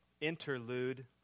interlude